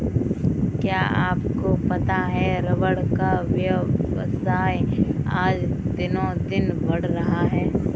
क्या आपको पता है रबर का व्यवसाय आज दिनोंदिन बढ़ रहा है?